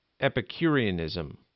Epicureanism